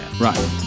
Right